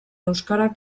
euskarak